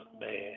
man